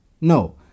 no